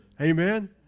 Amen